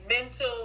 mental